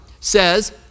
says